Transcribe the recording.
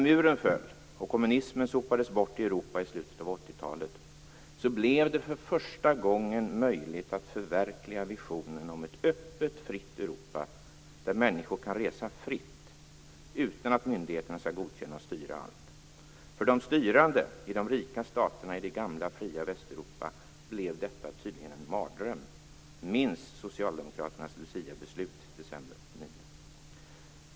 Europa i slutet av 1980-talet blev det för första gången möjligt att förverkliga visionen om ett öppet fritt Europa där människor kan resa fritt utan att myndigheterna skall godkänna och styra allt. För de styrande i de rika staterna i det gamla fria Västeuropa blev detta tydligen en mardröm. Minns Socialdemokraternas luciabeslut i december 1989!